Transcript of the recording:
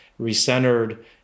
recentered